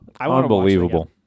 Unbelievable